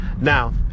Now